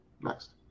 Next